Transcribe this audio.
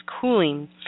cooling